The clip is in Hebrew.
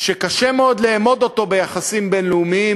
שקשה מאוד לאמוד אותו ביחסים בין-לאומיים,